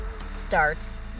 starts